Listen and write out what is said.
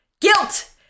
Guilt